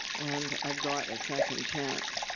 and i've got a second chance.